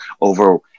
over